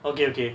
okay okay